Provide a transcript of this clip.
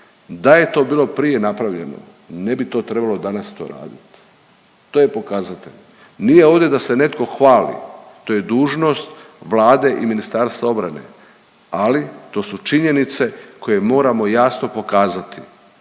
da je to bilo prije napravljeno ne bi to trebalo danas to raditi. To je pokazatelj. Nije ovdje da se netko hvali, to je dužnost Vlade i Ministarstva obrane, ali to su činjenice koje moramo jasno pokazati